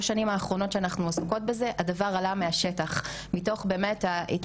שנולדה אחרי באמת המון המון מחשבה,